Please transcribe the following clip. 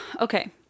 Okay